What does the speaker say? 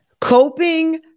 Coping